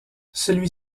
celui